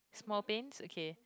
small panes okay